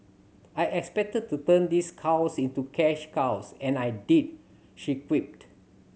I expected to turn these cows into cash cows and I did she quipped